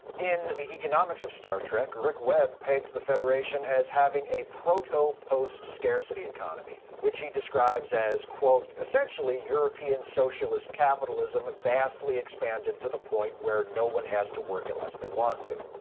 in the economics of star trek, rick webb pegs the federation as having a proto-post scarcity economy, which he describes as essentially, european socialist capitalism vastly expanded to the point where no one has to work unless they want to.